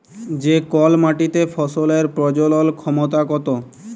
যে কল মাটিতে ফসলের প্রজলল ক্ষমতা কত